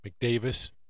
McDavis